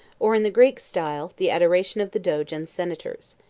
or, in the greek style, the adoration of the doge and senators.